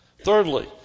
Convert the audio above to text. Thirdly